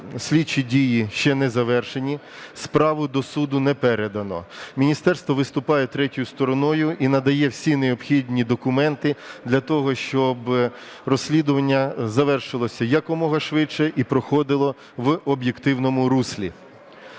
слідчі дії ще не завершені, справу до суду не передано. Міністерство виступає третьою стороною і надає всі необхідні документи для того, щоб розслідування завершилося якомога швидше і проходило в об'єктивному руслі.